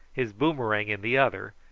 his boomerang in the other,